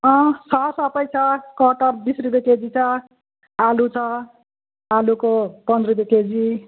अँ छ सबै छ कटहर बिस रुपियाँ केजी छ आलु छ आलुको पन्ध्र रुपियाँ केजी